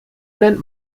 nennt